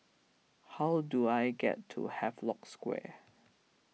how do I get to Havelock Square